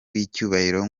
w’icyubahiro